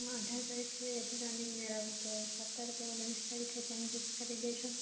હું અઢાર તારીખે જરા નહીં મેળ આવે તો સત્તર કે ઓગણીસ તરીકે ચેન્જીસ કરી દેજો